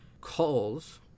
calls